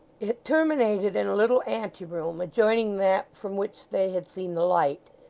it terminated in a little ante-room adjoining that from which they had seen the light.